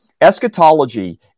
Eschatology